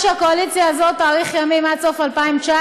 שהקואליציה הזאת תאריך ימים עד סוף 2019,